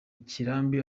kirambi